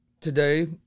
today